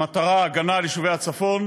המטרה, הגנה על יישובי הצפון.